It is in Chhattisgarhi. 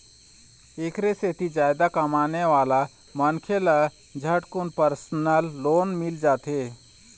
एखरे सेती जादा कमाने वाला मनखे ल झटकुन परसनल लोन मिल जाथे